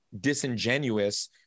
disingenuous